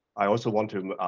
i also want to